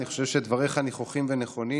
אני חושב שדבריך נכוחים ונכונים,